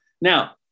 now